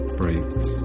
breaks